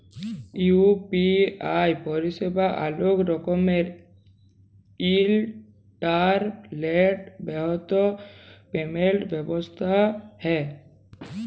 UPI পরিসেবা অলেক রকমের ইলটারলেট বাহিত পেমেল্ট ব্যবস্থা হ্যয়